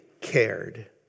cared